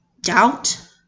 doubt